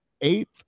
eighth